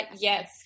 yes